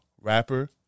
rapper